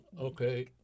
Okay